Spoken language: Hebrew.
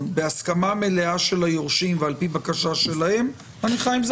בהסכמה מלאה של היורשים ועל-פי בקשה שלהם אני חי עם זה בשלום.